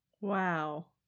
wow